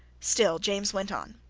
still james went on.